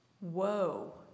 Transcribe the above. Whoa